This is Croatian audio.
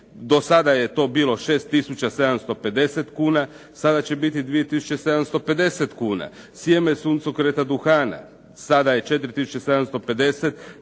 do sada je to bilo 6,750 kuna, sada će biti 2,750 kuna, sjeme suncokreta duhana sada je 4,750, 2010.